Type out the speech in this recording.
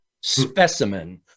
specimen